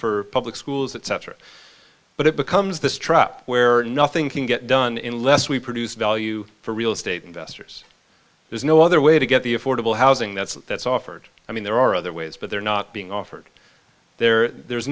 for public schools etc but it becomes this trap where nothing can get done in less we produce value for real estate investors there's no other way to get the affordable housing that's that's offered i mean there are other ways but they're not being offered there there's